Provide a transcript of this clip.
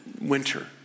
winter